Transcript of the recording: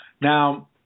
Now